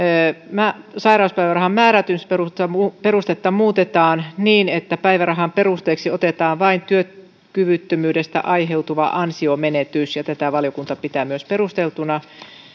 sairauspäivärahan määräytymisperustetta muutetaan niin että päivärahan perusteeksi otetaan vain työkyvyttömyydestä aiheutuva ansionmenetys tätä valiokunta pitää myös perusteltuna